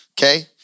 Okay